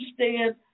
understand